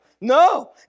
no